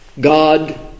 God